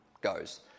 goes